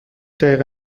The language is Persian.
دقیقا